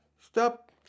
stop